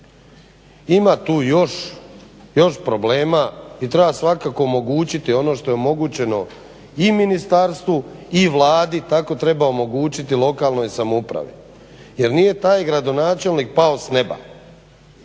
Ima tu još problema i treba svakako omogućiti ono što je omogućeno i Ministarstvu i Vladu, tako treba omogućiti lokalnoj samoupravi jer nije taj gradonačelnik pao s neba,